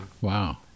Wow